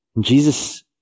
Jesus